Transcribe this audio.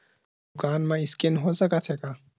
दुकान मा स्कैन हो सकत हे का?